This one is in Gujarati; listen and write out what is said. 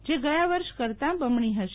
જે ગયા વર્ષ કરતાં બમણી હશે